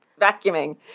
vacuuming